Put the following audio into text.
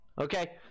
Okay